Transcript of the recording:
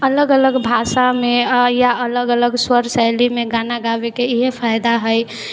अलग अलग भाषामे या अलग अलग स्वर शैलीमे गाना गाबैके इएहे फायदा है